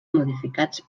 modificats